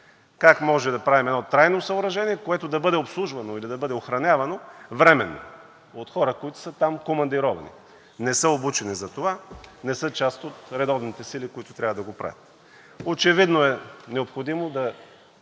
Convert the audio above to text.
Как може да правим едно трайно съоръжение, което да бъде обслужвано или да бъде охранявано временно от хора, които са командировани там? Не са обучени за това, не са част от редовните сили, които трябва да го правят. Очевидно е необходимо да